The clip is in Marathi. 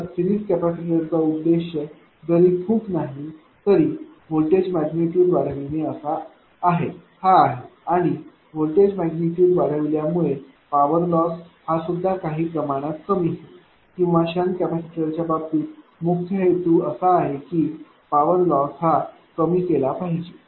तर सिरिज कॅपेसिटर चा उद्देश जरी खूप नाही तरी व्होल्टेज मैग्निट्यूड वाढविणे असा आहे आणि व्होल्टेज मैग्निट्यूड वाढविल्यामुळे पॉवर लॉस हा सुद्धा काही प्रमाणात कमी होईल किंवा शंट कॅपेसिटरच्या बाबतीत मुख्य हेतू असा आहे की पॉवर लॉस हा कमी केला पाहिजे